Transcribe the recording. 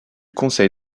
conseil